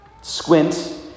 Squint